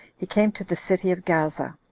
he came to the city of gaza,